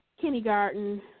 kindergarten